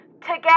together